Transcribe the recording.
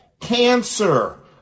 cancer